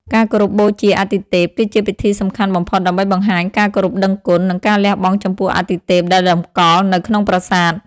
ការគោរពបូជាអាទិទេពគឺជាពិធីសំខាន់បំផុតដើម្បីបង្ហាញការគោរពដឹងគុណ និងការលះបង់ចំពោះអាទិទេពដែលតម្កល់នៅក្នុងប្រាសាទ។